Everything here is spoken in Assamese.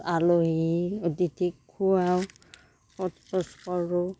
আলহী অতিথিক খোৱাও সোধ পোচ কৰোঁ